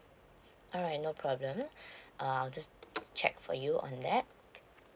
alright no problem mm uh I'll just check for you on that